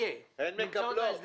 הן מקבלות.